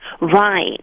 Right